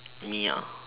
me ah